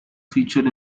featured